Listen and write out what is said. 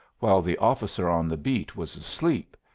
while the officer on the beat was asleep,